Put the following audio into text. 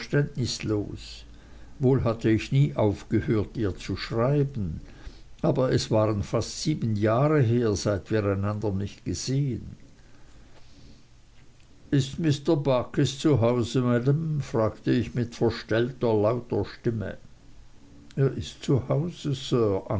verständnislos wohl hatte ich nie aufgehört ihr zu schreiben aber es waren fast sieben jahre her seit wir einander nicht gesehen ist mr barkis zu hause maam fragte ich mit verstellter lauter stimme er ist